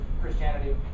Christianity